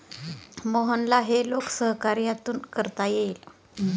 मोहनला हे लोकसहकार्यातून करता येईल